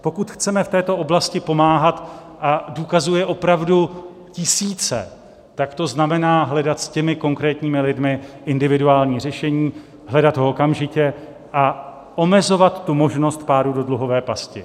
Pokud chceme v této oblasti pomáhat, a důkazů je opravdu tisíce, tak to znamená hledat s těmi konkrétními lidmi individuální řešení, hledat ho okamžitě a omezovat tu možnost pádu do dluhové pasti.